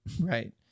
Right